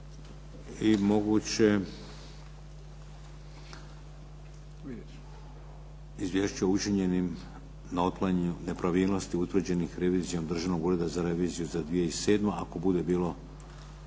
i moguće izvješće o učinjenim na otklanjanju nepravilnosti utvrđenih revizijom Državnog ureda za reviziju za 2007. ako bude bilo